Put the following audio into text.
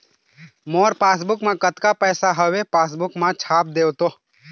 मोर passbook मा कतका पैसा हवे पासबुक मा छाप देव तो?